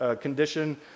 condition